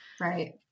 Right